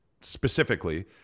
specifically